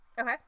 Okay